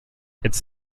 its